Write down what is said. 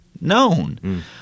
known